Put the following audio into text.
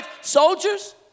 soldiers